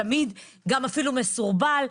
זה מסורבל.